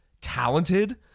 talented